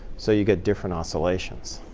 so you get different oscillations.